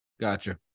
Gotcha